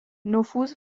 نفوذ